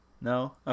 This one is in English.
No